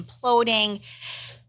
imploding